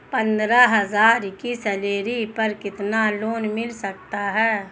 पंद्रह हज़ार की सैलरी पर कितना लोन मिल सकता है?